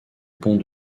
pont